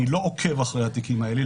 אני לא עוקב אחרי התיקים האלה,